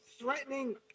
threatening